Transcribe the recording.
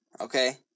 Okay